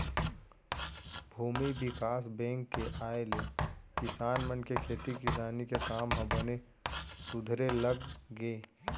भूमि बिकास बेंक के आय ले किसान मन के खेती किसानी के काम ह बने सुधरे लग गे